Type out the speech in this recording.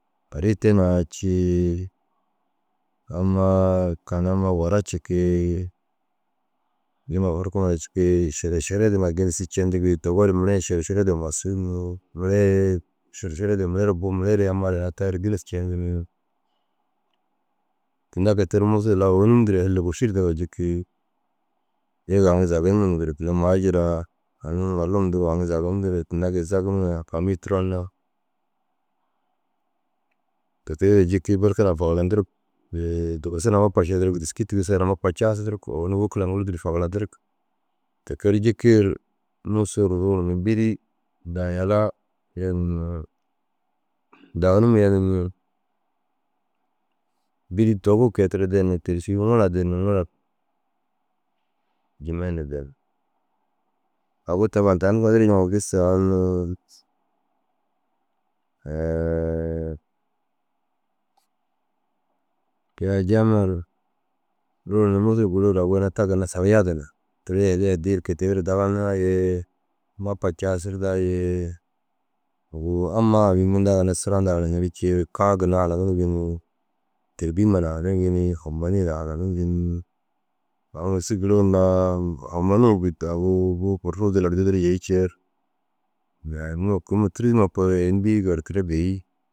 Arii te na cii amma kagama wara cikii nima burkuma na cii šere šere nima ru gînisir cendigii dowima mire šere šere duro maašiŋi ni. Mire šere šere duro mire re bu mire re amma ru inaa taa ru gînesu ceŋi ni. Tinda kei te ru Musuu lau ônum ru Hille bešir indiŋa ru jikii. Yege aŋ zagin nuruu ŋa duro tinda maajiraa aŋ malum hunduu aŋ zagin indigire tinda gii zagina na faamii turon na. Ketee duro jikii berke na fagardirig dugusu na mopa šedirig dîski na tigisoo na mopaa caasidirig koo. Owoni wôkir haŋguruu ru dûrtu fagarandig. Te keer jikii ru Musuu ru ruur ni birii da yala yenir ni da ônum yenir ni bîri dogu kei tira den ni teru šigi ŋura den ni ŋura ru Jimena der. Agu tabar tani fadirii jiŋa gissa a unnu kei a jaamiyaa ru ruur ni Musuu giruu ru agu ina ta ginna saga yadin. Teere yalii addii ru kei te duro diganiraa ye mapa caasirdaa ye agu ammaa aŋ mundaa ginna sura ndaa hananir ciir kaa ginna haranirig ni Têgima na haranirigi ni Humboi na haranirigi ni agu ŋôsi giruu na aŋ malum gîrkuu au buu burru jillar dudurii ciir nima kûima tûruzima koore bîi gertire bêi.